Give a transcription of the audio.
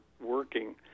working